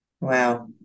Wow